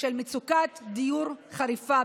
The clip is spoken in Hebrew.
של מצוקת דיור חריפה,